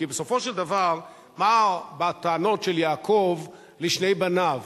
כי בסופו של דבר, מה הטענות של יעקב לשני בניו?